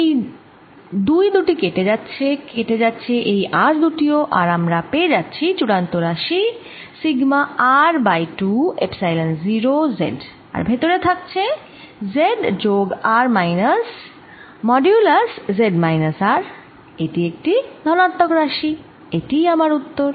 এই 2 দুটি কেটে যাচ্ছে কেটে যাচ্ছে এই R দুটিও আর আমরা পেয়ে যাচ্ছি চুড়ান্ত রাশি sigma R by 2 epsilon 0 z আর ভেতরে থাকছে z যোগ R minus modulus z minus R এটি একটি ধনাত্মক রাশি এটিই আমার উত্তর